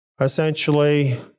essentially